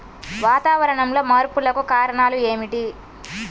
వాతావరణంలో మార్పులకు కారణాలు ఏమిటి?